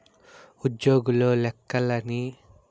ఉజ్జోగుల లెక్కలన్నీ మొత్తం పేరోల్ల తెలస్తాందంటగా